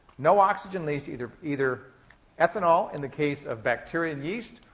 no oxygen leads to either either ethanol, in the case of bacteria and yeast,